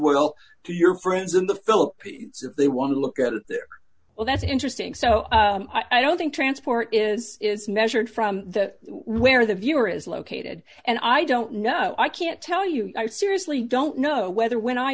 well to your friends in the philippines if they want to look at it well that's interesting so i don't think transport is is measured from the where the viewer is located and i don't know i can't tell you i seriously don't know whether when i